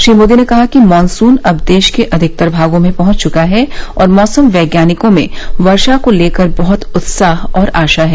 श्री मोदी ने कहा कि मॉनसून अब देश के अधिकतर भागों में पहुंच चुका है और मौसम वैज्ञानिकों में वर्षा को लेकर बहत उत्साह और आशा है